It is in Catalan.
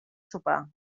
sopar